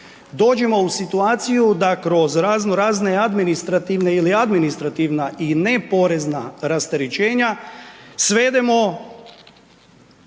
dođemo u situaciju da kroz razno razne administrativne ili administrativna i ne porezna rasterećenja svedemo